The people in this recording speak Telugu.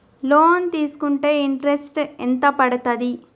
లోన్ తీస్కుంటే ఇంట్రెస్ట్ ఎంత పడ్తది?